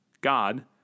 God